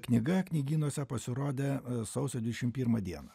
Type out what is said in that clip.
knyga knygynuose pasirodė sausio dvidešimt pirmą dieną